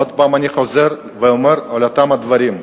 עוד פעם אני חוזר ואומר את אותם הדברים: